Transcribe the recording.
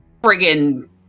friggin